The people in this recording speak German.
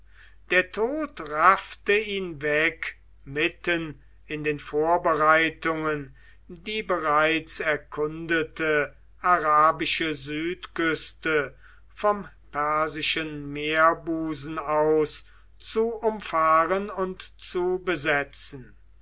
der tod raffte ihn weg mitten in den vorbereitungen die bereits erkundete arabische südküste vom persischen meerbusen aus zu umfahren und zu besetzen